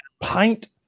pint